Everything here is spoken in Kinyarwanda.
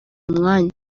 umwanya